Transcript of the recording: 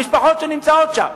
המשפחות שנמצאות שם.